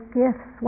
gifts